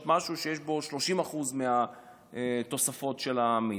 משהו שיש בו 30% מהתוספות של המיץ.